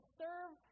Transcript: serve